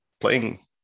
playing